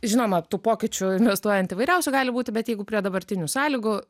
žinoma tų pokyčių investuojant įvairiausių gali būti bet jeigu prie dabartinių sąlygų